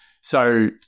so-